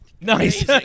Nice